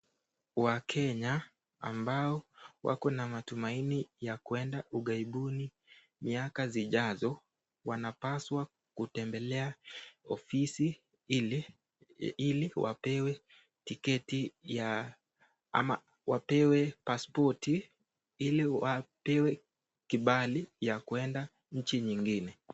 Wakenya ambao wako na matumaini ya kuenda ughaibuni miaka zijazo, wanapaswa kutembelea ofisi hili, ili wapewe tiketi ama wapewe pasipoti ili wapewe kibali ya kuenda nchi nyingine.